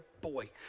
boy